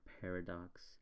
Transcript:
paradox